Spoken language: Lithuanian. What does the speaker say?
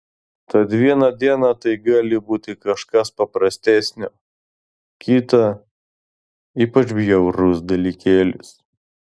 tad vieną dieną tai gali būti kažkas paprastesnio kitą ypač bjaurus dalykėlis